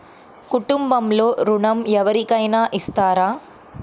కుటుంబంలో ఋణం ఎవరికైనా ఇస్తారా?